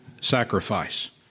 sacrifice